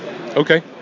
Okay